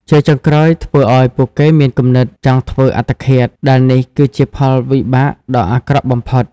ជាចុងក្រោយធ្វើឲ្យពួកគេមានគំនិតចង់ធ្វើអត្តឃាតដែលនេះគឺជាផលវិបាកដ៏អាក្រក់បំផុត។